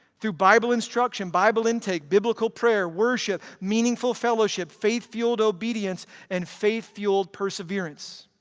through bible instruction, bible in-take, biblical prayer, worship, meaningful fellowship, faith-fueled obedience and faith-fueled perseverance.